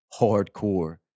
hardcore